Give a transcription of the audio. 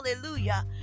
Hallelujah